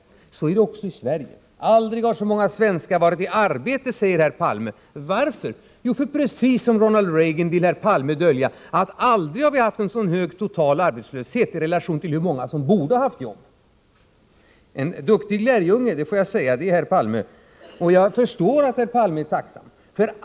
Så är det också i Sverige. Aldrig har så många svenskar varit i arbete, säger herr Palme. Varför? Jo, precis som Ronald Reagan vill herr Palme dölja att vi aldrig haft en så hög total arbetslöshet i relation till hur många som borde ha haft jobb. Jag måste säga att herr Palme är en duktig lärjunge, och jag förstår att herr Palme är tacksam.